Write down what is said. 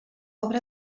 obra